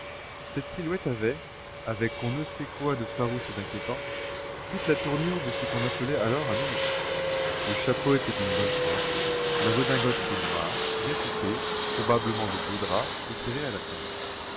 cette silhouette avait avec on ne sait quoi de farouche et d'inquiétant toute la tournure de ce qu'on appelait alors un élégant le chapeau était d'une bonne forme la redingote était noire bien coupée probablement de beau drap et serrée à la taille